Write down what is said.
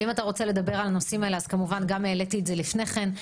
אם אתה רוצה לדבר על הנושאים האלה אז כמובן שגם העליתי את זה לפני כן,